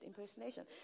impersonation